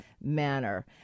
manner